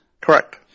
Correct